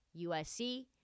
USC